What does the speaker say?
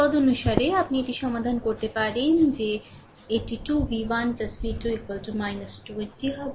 তদনুসারে আপনি এটি সমাধান করতে পারেন যে এটি 2v1 v2 20 হবে